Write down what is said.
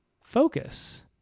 focus